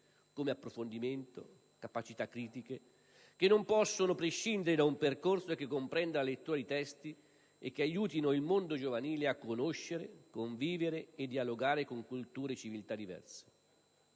come approfondimento e capacità critiche, che non possono prescindere da un percorso che comprenda la lettura di testi che aiutino il mondo giovanile a conoscere, a convivere e a dialogare con culture e civiltà diverse.